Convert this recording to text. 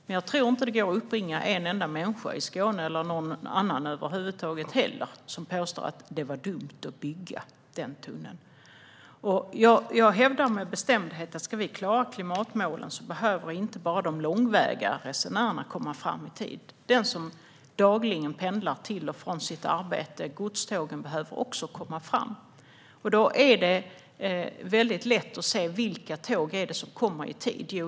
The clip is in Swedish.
Men jag tror inte att det går att uppbringa en enda människa i Skåne, eller någon annan över huvud taget heller, som påstår att det var dumt att bygga denna tunnel. Jag hävdar med bestämdhet att ska vi klara klimatmålen behöver inte bara de långväga resenärerna komma fram i tid. Den som dagligen pendlar till och från sitt arbete och godstågen behöver också komma fram. Det är lätt att se vilka tåg som kommer i tid.